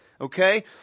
Okay